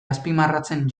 azpimarratzen